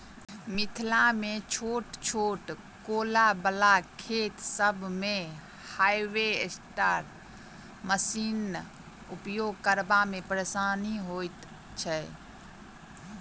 मिथिलामे छोट छोट कोला बला खेत सभ मे हार्वेस्टर मशीनक उपयोग करबा मे परेशानी होइत छै